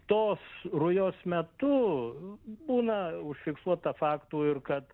tos rujos metu būna užfiksuota faktų ir kad